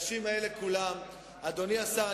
אדוני השר,